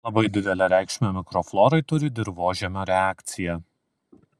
labai didelę reikšmę mikroflorai turi dirvožemio reakcija